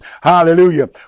Hallelujah